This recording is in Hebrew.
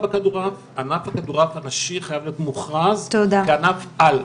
ענף הכדורעף הנשי חייב להיות מוכרז כענף על.